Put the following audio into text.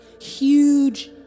huge